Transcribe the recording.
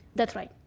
that's right.